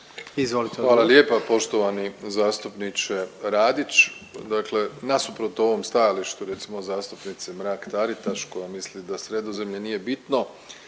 Hvala lijepa poštovani zastupniče Radić, dakle nasuprot ovom stajalištu recimo zastupnice Mrak Taritaš koja misli da Sredozemlje nije bitno,